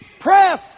Press